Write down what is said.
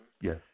Yes